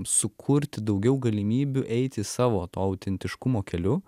sukurti daugiau galimybių eiti savo to autentiškumo keliu